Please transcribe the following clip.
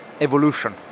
evolution